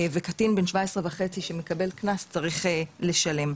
וקטין בן 17.5 שמקבל קנס צריך לשלם.